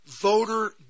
voter